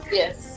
yes